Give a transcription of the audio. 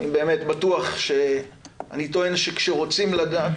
אני טוען שכשרוצים לדעת,